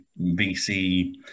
VC